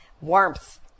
warmth